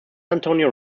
antonio